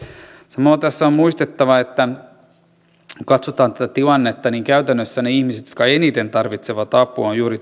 samalla tässä on muistettava että kun katsotaan tätä tilannetta niin käytännössä ne ihmiset jotka eniten tarvitsevat apua ovat juuri